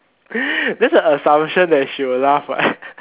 that's an assumption that she will laugh what